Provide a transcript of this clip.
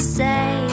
say